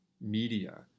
media